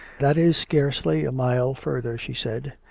that is scarcely a mile further, she said.